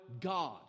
God